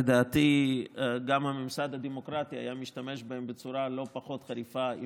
לדעתי גם הממסד הדמוקרטי היה משתמש בהם בצורה לא פחות חריפה,